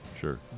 Sure